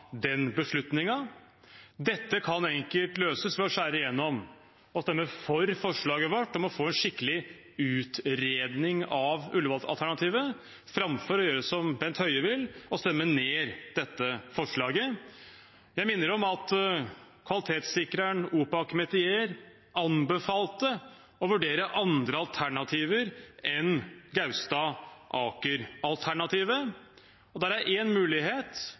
den beslutningen. Dette kan enkelt løses ved å skjære gjennom og stemme for forslaget vårt om å få en skikkelig utredning av Ullevål-alternativet, framfor å gjøre som Bent Høie vil, å stemme ned dette forslaget. Jeg minner om at kvalitetssikreren, Opak/Metier, anbefalte å vurdere andre alternativer enn Gaustad/Aker-alternativet, og der er én mulighet